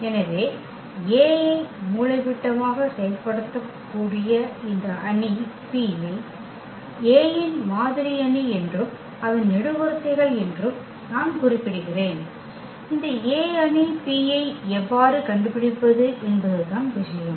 எனவே A ஐ மூலைவிட்டமாக செயல்படுத்தக்கூடிய இந்த அணி P ஐ A இன் மாதிரி அணி என்றும் அதன் நெடுவரிசைகள் என்றும் நான் குறிப்பிடுகிறேன் இந்த A அணி P ஐ எவ்வாறு கண்டுபிடிப்பது என்பதுதான் விஷயம்